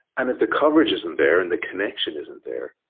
and if the coverage isn't there and the connection isn't there,